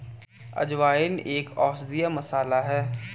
अजवाइन एक औषधीय मसाला है